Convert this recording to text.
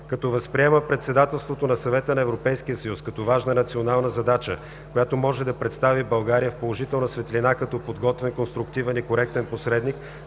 Като възприема председателството на Съвета на Европейския съюз като важна национална задача, която може да представи България в положителна светлина – като подготвен, конструктивен и коректен посредник